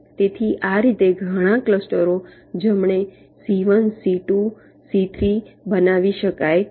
તેથી આ રીતે ઘણા ક્લસ્ટરો જમણે C1 C2 C3 બનાવી શકાય છે